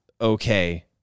okay